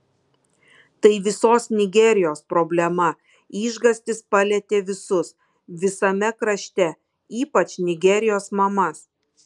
tai visos nigerijos problema išgąstis palietė visus visame krašte ypač nigerijos mamas